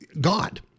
God